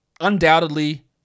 undoubtedly